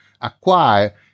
acquire